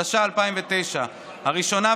התש"ע 2009. הראשונה,